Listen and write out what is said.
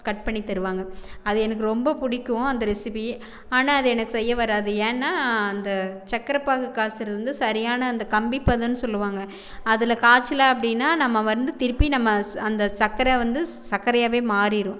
cut பண்ணி தருவாங்க அது எனக்கு ரொம்ப பிடிக்கும் அந்த ரெசிபி ஆனால் அத எனக்கு செய்ய வராது ஏன்னா அந்த சர்க்கரை பாகு காய்ச்சிறது வந்து சரியான அந்த கம்பி பதம்ன்னு சொல்லுவாங்க அதில் காய்ச்சில அப்டினா நம்ம வந்து திருப்பி நம்ம அந்த சர்க்கரை வந்து சக்கரையாகவே மாறிரும்